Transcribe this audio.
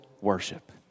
worship